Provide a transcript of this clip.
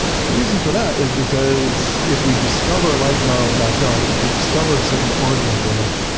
and the reason for that is because if we discover life in our own backyard, if we discover a second origin of life,